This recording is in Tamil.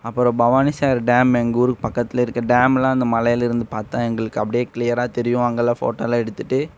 அப்புறம் பவானி சேகர் டேம் எங்கள் ஊருக்கு பக்கத்துலிருக்க டேம்லாம் அந்த மலைலேருந்து பார்த்தா எங்களுக்கு அப்டேயே கிளியராக தெரியும் அங்கலாம் ஃபோட்டோலான் எடுத்துட்டு